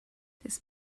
this